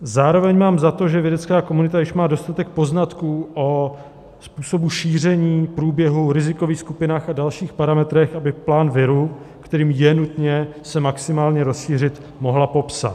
Zároveň mám za to, že vědecká komunita již má dostatek poznatků o způsobu šíření, průběhu, rizikových skupinách a dalších parametrech, aby plán viru, kterým je nutně se maximálně rozšířit, mohla popsat.